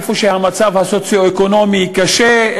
איפה שהמצב הסוציו-אקונומי קשה,